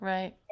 Right